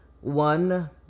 one